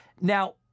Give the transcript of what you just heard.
Now